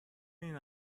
این